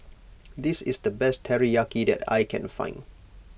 this is the best Teriyaki that I can find